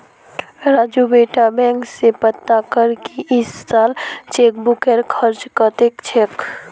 राजू बेटा बैंक स पता कर की इस साल चेकबुकेर खर्च कत्ते छेक